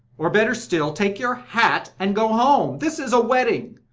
or, better still, take your hat and go home. this is a wedding,